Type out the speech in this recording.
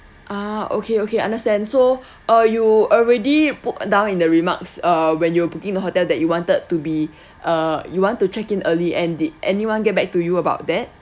ah okay okay understand so uh you already put down in the remarks uh when you're booking the hotel that you wanted to be uh you want to check in early and the anyone get back to you about that